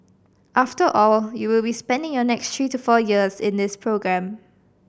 after all you will be spending your next three to four years in this programme